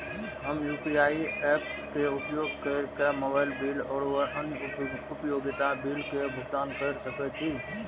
हम UPI apps के उपयोग केर के मोबाइल बिल और अन्य उपयोगिता बिल के भुगतान केर सके छी